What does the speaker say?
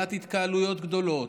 מניעת התקהלויות גדולות,